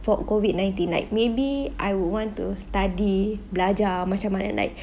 for COVID nineteen like maybe I would want to study belajar macam mana like